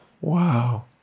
wow